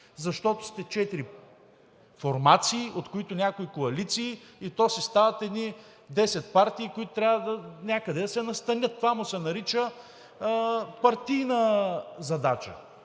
защото сте четири формации, от които някои коалиции, и то си стават едни 10 партии, които трябва някъде да се настанят. На това му се нарича партийна задача.